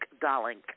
darling